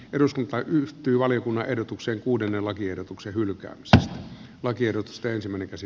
eduskunta yhtyy valiokunnan ehdotuksen uuden lakiehdotuksen hylkää lakiehdotusten menettäisi